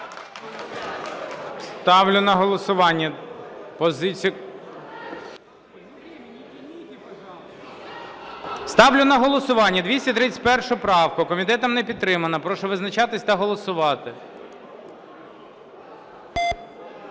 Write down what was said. Ставлю на голосування 231 правку, комітетом не підтримана. Прошу визначатися та голосувати.